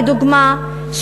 לדוגמה,